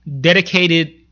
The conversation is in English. dedicated